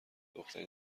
دختری